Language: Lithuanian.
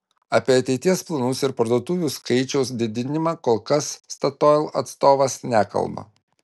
apie ateities planus ir parduotuvių skaičiaus didinimą kol kas statoil atstovas nekalba